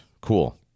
cool